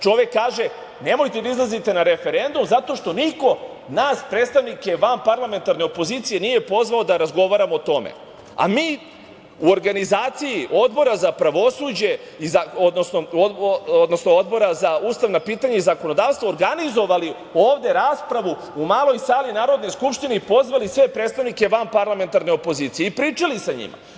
Čovek kaže – nemojte da izlazite na referendum zato što niko nas predstavnike vanparlamentarne opozicije nije pozvao da razgovaramo o tome, a mi u organizaciji Odbora za ustavna pitanja i zakonodavstvo organizovali ovde raspravu u Maloj sali Narodne skupštine i pozvali sve predstavnike vanparlamentarne opozicije i pričali sa njima.